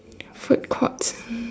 food courts